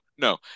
no